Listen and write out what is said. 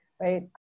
right